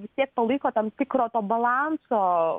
vis tiek palaiko tam tikro to balanso